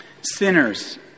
Sinners